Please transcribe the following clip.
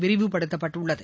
விரிவுபடுத்தப்பட்டுள்ளது